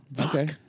Okay